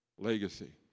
legacy